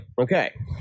Okay